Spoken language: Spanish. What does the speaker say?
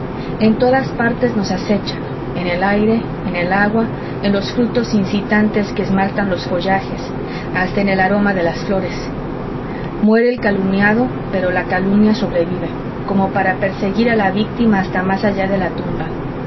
en todas partes nos acechan en el aire en el agua en los frutos incitantes que esmaltan los follajes hasta en el aroma de las flores muere el calumniado pero la calumnia sobrevive como para perseguir a la víctima hasta más allá de la tumba